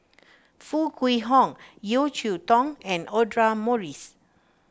Foo Kwee Horng Yeo Cheow Tong and Audra Morrice